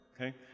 okay